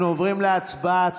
אנחנו עוברים להצבעה.